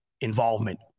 involvement